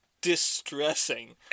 distressing